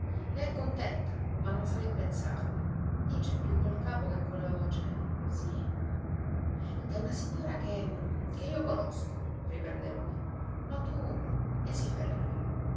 ne è contenta ma non sa che pensarne dice più col capo che con la voce sì da una signora che che io conosco riprende lui ma tu e si ferma